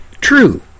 true